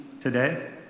today